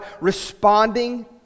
responding